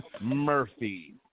murphy